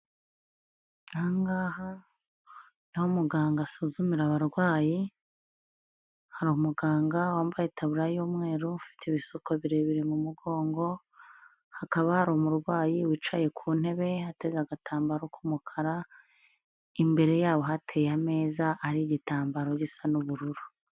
Aha ngaha, niho muganga asuzumira abarwayi, hari umuganga wambaye itaburiya y'umweru ufite ibisuko birebire mu mugongo, hakaba hari umurwayi wicaye ku ntebe ateze agatambaro k'umukara, imbere yabo hateye ameza ariho igitambaro gisa n'ubururu.